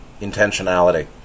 intentionality